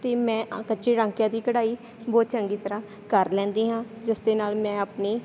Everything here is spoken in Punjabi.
ਅਤੇ ਮੈਂ ਕੱਚਿਆਂ ਟਾਂਕਿਆਂ ਦੀ ਕਢਾਈ ਬਹੁਤ ਚੰਗੀ ਤਰ੍ਹਾਂ ਕਰ ਲੈਂਦੀ ਹਾਂ ਜਿਸ ਦੇ ਨਾਲ ਮੈਂ ਆਪਣੀ